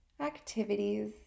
activities